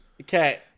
Okay